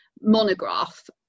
monograph